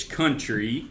country